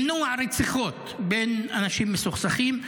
למנוע רציחות בין אנשים מסוכסכים,